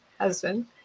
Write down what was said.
husband